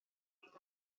fod